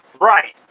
right